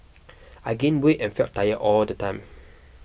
I gained weight and felt tired all the time